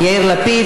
יאיר לפיד,